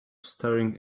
staring